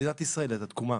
מדינת ישראל הייתה התקומה.